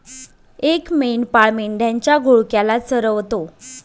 एक मेंढपाळ मेंढ्यांच्या घोळक्याला चरवतो